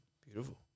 Beautiful